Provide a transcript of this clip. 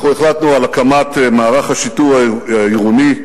אנחנו החלטנו על הקמת מערך השיטור העירוני,